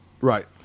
Right